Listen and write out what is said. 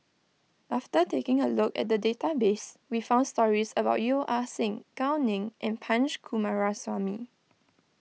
after taking a look at the database we found stories about Yeo Ah Seng Gao Ning and Punch Coomaraswamy